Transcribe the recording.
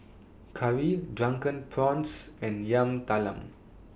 Curry Drunken Prawns and Yam Talam